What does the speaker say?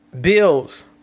Bills